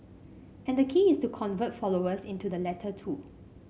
and the key is to convert followers into the latter two